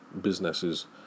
businesses